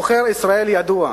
עוכר ישראל ידוע.